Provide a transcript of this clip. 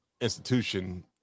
institution